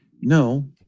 No